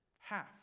Half